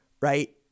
right